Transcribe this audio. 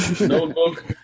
Notebook